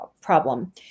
problem